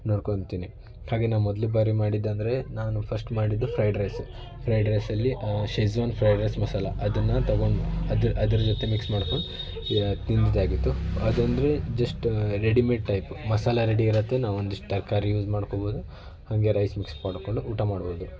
ನೋಡ್ಕೊಳ್ತೀನಿ ಹಾಗೆ ನಾನು ಮೊದಲು ಬಾರಿ ಮಾಡಿದ್ದೆಂದ್ರೆ ನಾನು ಫಸ್ಟ್ ಮಾಡಿದ್ದು ಫ್ರೈಡ್ ರೈಸ್ ಫ್ರೈಡ್ ರೈಸಲ್ಲಿ ಶೇಷ್ವಾನ್ ಫ್ರೈಡ್ ರೈಸ್ ಮಸಾಲ ಅದನ್ನು ತೊಗೊಂಡು ಅದ್ರ ಅದ್ರ ಜೊತೆ ಮಿಕ್ಸ್ ಮಾಡ್ಕೊಂಡು ಅದೆಂದರೆ ಜಸ್ಟ್ ರೆಡಿಮೇಡ್ ಟೈಪ್ ಮಸಾಲ ರೆಡಿ ಇರುತ್ತೆ ನಾವೊಂದಿಷ್ಟು ತರಕಾರಿ ಯೂಸ್ ಮಾಡ್ಕೊಳ್ಬೋದು ಹಾಗೆ ರೈಸ್ ಮಿಕ್ಸ್ ಮಾಡಿಕೊಂಡು ಊಟ ಮಾಡ್ಬೋದು